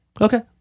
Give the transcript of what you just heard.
Okay